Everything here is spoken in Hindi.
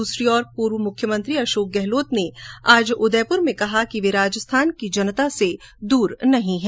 दूसरी ओर पूर्व मुख्यमंत्री अशोक गहलोत ने आज उदयपुर में कहा कि वे राजस्थान की जनता से दूर नहीं हैं